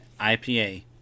IPA